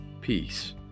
peace